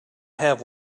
have